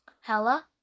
Hella